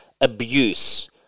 abuse